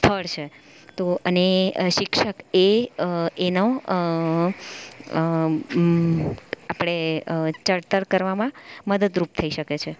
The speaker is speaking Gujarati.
સ્થળ છે તો અને શિક્ષક એ એનો આપણે ચડતર કરવામાં મદદરૂપ થઇ શકે છે